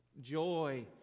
Joy